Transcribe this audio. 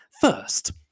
first